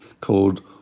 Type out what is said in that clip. called